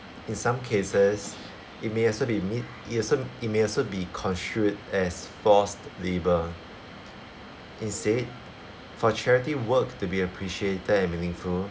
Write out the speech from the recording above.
in some cases it may also be made it also it may also be construed as forced labour instead for charity work to be appreciated and meaningful